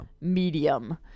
medium